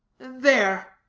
there,